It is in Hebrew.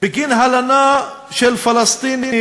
בגין הלנה של פלסטיני